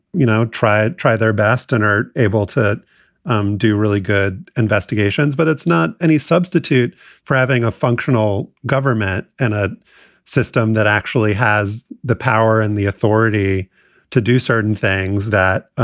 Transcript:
you know, try to try their best and are able to um do really good investigations. but it's not any substitute for having a functional government and a system that actually has the power and the authority to do certain things that,